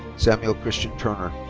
samuel christian turner.